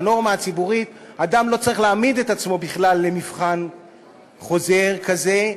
בנורמה הציבורית אדם לא צריך להעמיד את עצמו בכלל למבחן חוזר כזה,